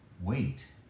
wait